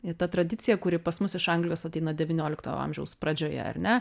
ir ta tradicija kuri pas mus iš anglijos ateina devyniolikto amžiaus pradžioje ar ne